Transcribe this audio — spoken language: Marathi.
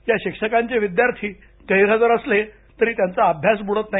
या शिक्षकांचे विद्यार्थी गैरहजर असले तरी त्यांचा अभ्यातस बुडत नाही